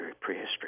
prehistory